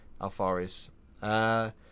Alfaris